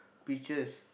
pictures